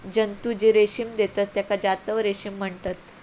जंतु जे रेशीम देतत तेका जांतव रेशीम म्हणतत